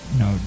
no